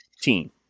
team